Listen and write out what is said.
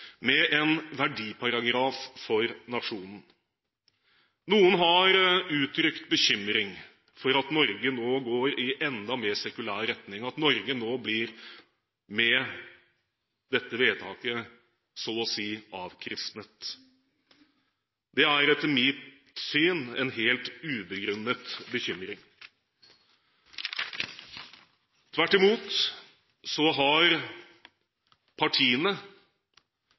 med en verdiparagraf for nasjonen. Noen har uttrykt bekymring for at Norge nå går i enda mer sekulær retning, at Norge nå, med dette vedtaket, så å si blir avkristnet. Det er etter mitt syn en helt ubegrunnet bekymring. Tvert imot har partiene